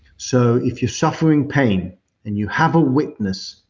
so if you're suffering pain and you have a witness,